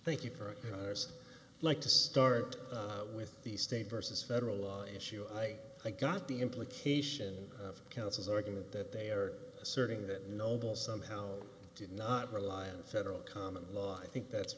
thank you for your honest like to start with the state versus federal law issue i got the implication of counsel's argument that they are asserting that noble somehow did not rely on federal common law i think that's